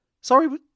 sorry